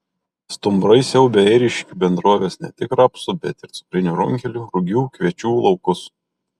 stumbrai siaubia ėriškių bendrovės ne tik rapsų bet ir cukrinių runkelių rugių kviečių laukus